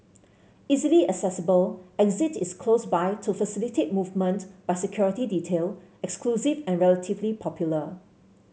easily accessible exit is close by to facilitate movement by security detail exclusive and relatively popular